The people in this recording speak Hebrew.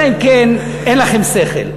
אלא אם כן אין לכם שכל,